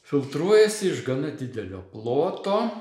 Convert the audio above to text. filtruojasi iš gana didelio ploto